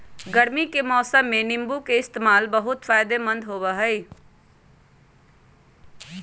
गर्मी के मौसम में नीम्बू के इस्तेमाल बहुत फायदेमंद होबा हई